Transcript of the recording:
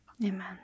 Amen